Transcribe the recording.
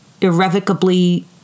irrevocably